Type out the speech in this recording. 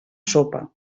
sopa